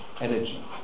energy